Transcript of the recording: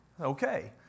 Okay